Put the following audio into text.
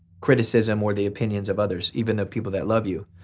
criticism or the opinions of others. even the people that love you.